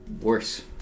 Worse